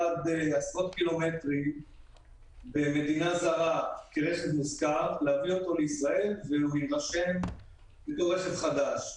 עשרות קילומטרים במדינה זרה והוא יירשם כרכב חדש,